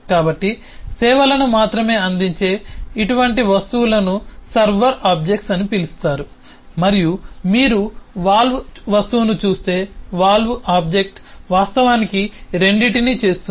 కాబట్టి సేవలను మాత్రమే అందించే ఇటువంటి వస్తువులను సర్వర్ ఆబ్జెక్ట్స్ అని పిలుస్తారు మరియు మీరు వాల్వ్ వస్తువును చూస్తే వాల్వ్ ఆబ్జెక్ట్ వాస్తవానికి రెండింటినీ చేస్తుంది